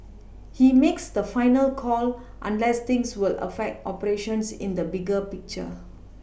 he makes the final call unless things will affect operations in the bigger picture